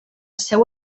seu